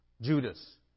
Judas